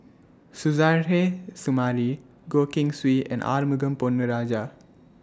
Suzairhe Sumari Goh Keng Swee and Arumugam Ponnu Rajah